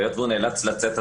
היות והוא נאלץ לצאת,